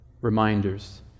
reminders